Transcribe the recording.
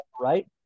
right